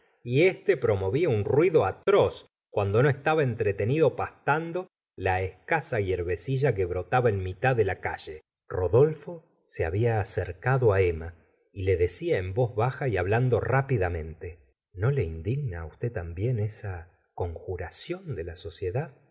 y este promovía un ruido atroz cuando no estaba entretenido pastando la escasa hierbecilla que brotaba en mitad de la calle rodolfo se había acercado emma y le decía en voz baja y hablando rápidamente no le indigna usted también esa conjuración de la sociedad